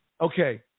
Okay